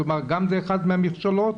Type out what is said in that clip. זה גם אחד מהמכשלות?